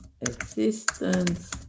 existence